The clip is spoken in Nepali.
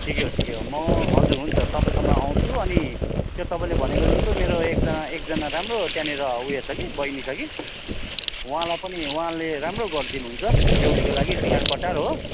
ठिकै हो ठिकै हो म हजुर हुन्छ तपाईँकोमा आउँछु अनि त्यो तपाईँले भनेको जस्तो मेरो एकजना एकजना राम्रो त्यहाँनिर उयो छ कि बहिनी छ कि उहाँलाई पनि उहाँले राम्रो गरिदिनुहुन्छ बेहुलीको लागि सिँगार पटार हो